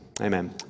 amen